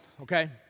Okay